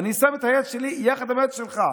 אני שם את היד שלי יחד עם היד שלך.